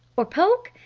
or poke?